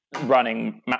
Running